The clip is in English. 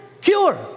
cure